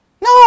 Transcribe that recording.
No